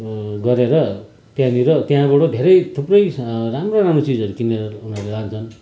गरेर त्यहाँनिर त्यहाँबाट धेरै थुप्रै राम्रो राम्रो चिजहरू किनेर उनीहरूले लान्छन्